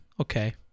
Okay